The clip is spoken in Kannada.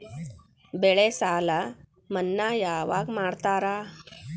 ಬೆಳೆ ಸಾಲ ಮನ್ನಾ ಯಾವಾಗ್ ಮಾಡ್ತಾರಾ?